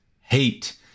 hate